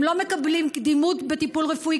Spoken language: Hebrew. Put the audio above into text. הם לא מקבלים קדימות בטיפול רפואי,